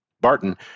Barton